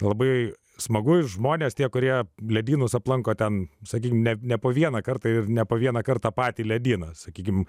labai smagu žmonės tie kurie ledynus aplanko ten sakykime ne po vieną kartą ir ne po vieną kartą patį ledyną sakykime